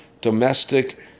domestic